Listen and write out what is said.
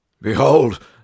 behold